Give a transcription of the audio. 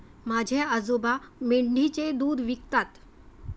माझे आजोबा मेंढीचे दूध विकतात